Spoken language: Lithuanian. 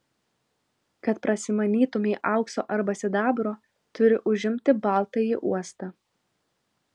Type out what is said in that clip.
kad prasimanytumei aukso arba sidabro turi užimti baltąjį uostą